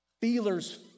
Feelers